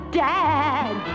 dad